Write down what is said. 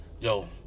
yo